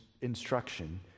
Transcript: instruction